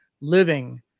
living